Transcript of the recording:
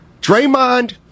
Draymond